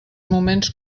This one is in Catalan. moments